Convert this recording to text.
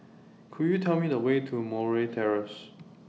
Could YOU Tell Me The Way to Murray Terrace